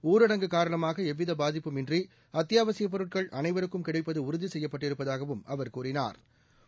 ஊரடங்கு காரணமாக எவ்வித பாதிப்பும் இன்றி அத்தியாவசியப் பொருட்கள் அனைவருக்கும் கிடைப்பது உறுதி செய்யப்பட்டிருப்பதாகவும் அவா் கூறினாா்